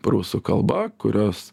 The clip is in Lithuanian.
prūsų kalba kurios